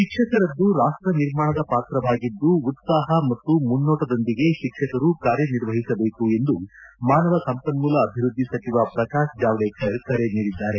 ಶಿಕ್ಷಕರದ್ದು ರಾಷ್ಟ ನಿರ್ಮಾಣದ ಪಾತ್ರವಾಗಿದ್ದು ಉತ್ಸಾಪ ಮತ್ತು ಮುನ್ನೋಟದೊಂದಿಗೆ ಶಿಕ್ಷಕರು ಕಾರ್ಯ ನಿರ್ವಹಿಸಬೇಕು ಎಂದು ಮಾನವ ಸಂಪನ್ಮೂಲ ಅಭಿವೃದ್ಧಿ ಸಚಿವ ಪ್ರಕಾಶ ಜಾವ್ಡೇಕರ್ ಕರೆ ನೀಡಿದ್ದಾರೆ